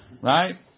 Right